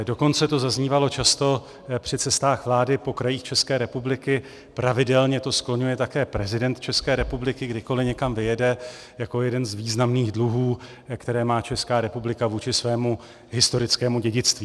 Dokonce to zaznívalo často při cestách vlády po krajích České republiky, pravidelně to skloňuje také prezident České republiky, kdykoli někam vyjede, jako jeden z významných dluhů, které má Česká republika vůči svému historickému dědictví.